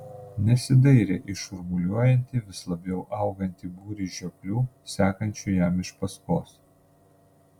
nesidairė į šurmuliuojantį vis labiau augantį būrį žioplių sekančių jam iš paskos